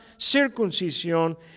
circuncisión